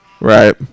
Right